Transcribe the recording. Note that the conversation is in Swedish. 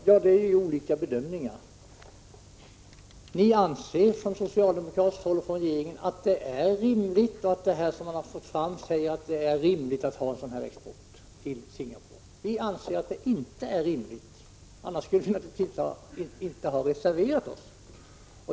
Fru talman! Ja, vi gör olika bedömningar. Från regeringens sida och från socialdemokratiskt håll anser ni att en export av den storleksordningen till Singapore är rimlig. Vi anser att den inte är rimlig. Annars skulle vi inte ha reserverat oss.